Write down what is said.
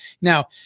Now